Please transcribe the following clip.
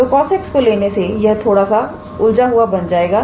तो cosx को लेने से यह थोड़ा सा उलझा हुआ बन जाएगा